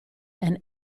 and